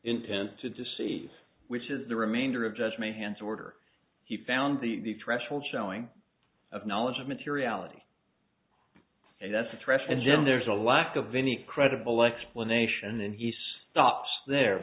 intent to deceive which is the remainder of judge may hands order he found the threshold showing of knowledge of materiality and that's a threshold jim there's a lack of any credible explanation and he stops there